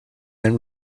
then